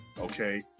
okay